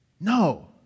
No